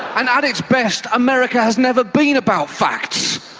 and at its best america has never been about facts.